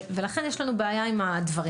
לכן יש לנו בעיה עם זה.